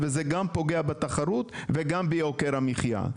וזה גם פוגע בתחרות וגם ביוקר המחיה.